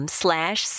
slash